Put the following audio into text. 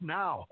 now